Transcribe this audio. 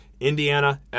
Indiana